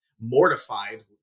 mortified